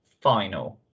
final